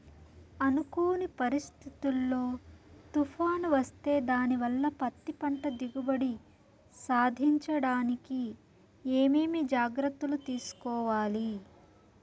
అనుకోని పరిస్థితుల్లో తుఫాను వస్తే దానివల్ల పత్తి పంట దిగుబడి సాధించడానికి ఏమేమి జాగ్రత్తలు తీసుకోవాలి?